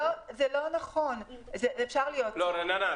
נכנסו לתוקף מיידי,